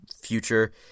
future